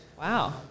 Wow